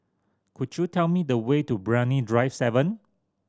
could you tell me the way to Brani Drive Seven